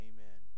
Amen